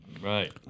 Right